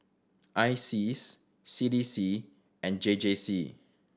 ISEAS C D C and J J C